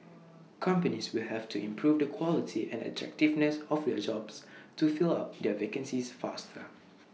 companies will have to improve the quality and attractiveness of their jobs to fill up their vacancies faster